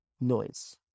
noise